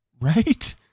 Right